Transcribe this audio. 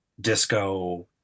disco